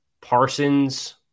Parsons